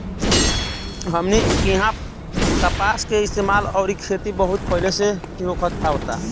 हमनी किहा कपास के इस्तेमाल अउरी खेती बहुत पहिले से ही होखत आवता